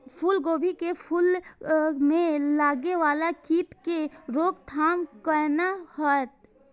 फुल गोभी के फुल में लागे वाला कीट के रोकथाम कौना हैत?